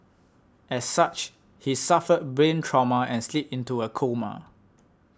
as such he suffered brain trauma and slipped into a coma